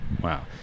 wow